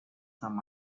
some